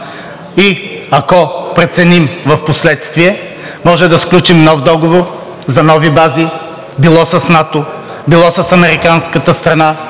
и ако преценим, впоследствие може да сключим нов договор за нови бази било с НАТО, било с американската страна,